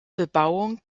bebauung